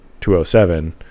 207